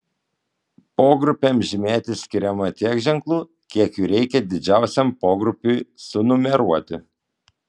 pogrupiams žymėti skiriama tiek ženklų kiek jų reikia didžiausiam pogrupiui sunumeruoti